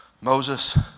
Moses